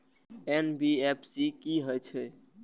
NBFC की हे छे?